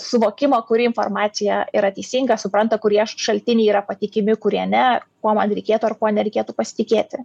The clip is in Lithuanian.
suvokimą kuri informacija yra teisinga supranta kurie šaltiniai yra patikimi kurie ne ko man reikėtų ar ko nereikėtų pasitikėti